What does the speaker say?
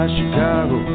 Chicago